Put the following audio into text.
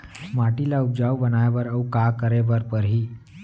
माटी ल उपजाऊ बनाए बर अऊ का करे बर परही?